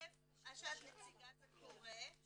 מה שאת מציגה קורה,